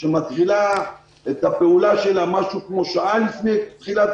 שמתחילה את הפעולה שלה כשעה לפני תחילת